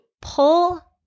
pull